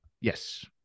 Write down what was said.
Yes